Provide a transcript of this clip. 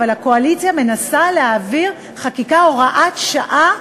אבל הקואליציה מנסה להעביר חקיקה, הוראת שעה,